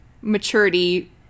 maturity